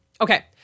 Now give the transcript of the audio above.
okay